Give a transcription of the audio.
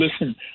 listen